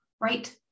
right